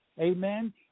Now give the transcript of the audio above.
Amen